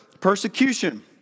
persecution